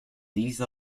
these